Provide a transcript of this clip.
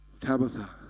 Tabitha